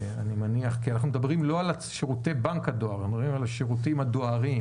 אנחנו לא מדברים על שירותי בנק הדואר אלא על השירותים הדואריים